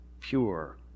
pure